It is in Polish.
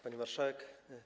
Pani Marszałek!